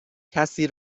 کسی